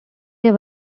have